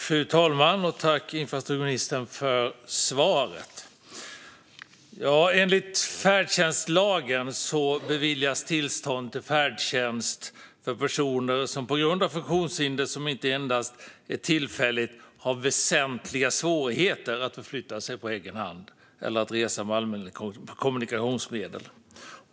Fru talman! Tack, infrastrukturministern, för svaret! Enligt färdtjänstlagen beviljas tillstånd till färdtjänst för personer som på grund av funktionshinder som inte endast är tillfälligt har väsentliga svårigheter att förflytta sig på egen hand eller att resa med allmänna kommunikationsmedel.